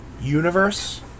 universe